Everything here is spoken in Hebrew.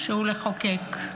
לחוקק.